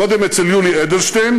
קודם אצל יולי אדלשטיין,